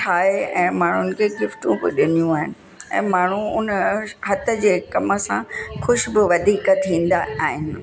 ठाहे ऐं माण्हुनि खे गिफ्टूं बि ॾिनियूं आहिनि ऐं माण्हू उन हथ जे कम सां ख़ुशि बि वधीक थींदा आहिनि